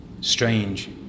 strange